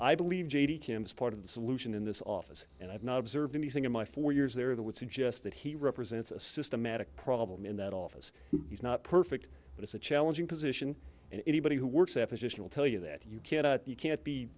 i believe is part of the solution in this office and i've not observed anything in my four years there that would suggest that he represents a systematic problem in that office he's not perfect but it's a challenging position and anybody who works tell you that you can't you can't be